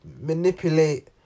Manipulate